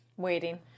waiting